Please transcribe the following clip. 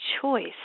choice